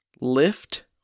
lift